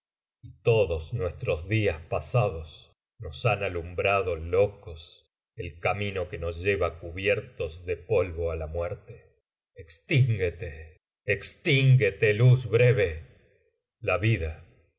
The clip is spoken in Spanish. todos nuestros días pasados nos han alumbrado locos el camino que nos lleva cubiertos de polvo á la muerte extínguete extínguete luz breve la vida